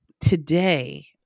today